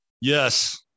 Yes